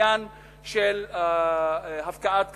ובעניין של הפקעת קרקעות.